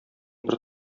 бер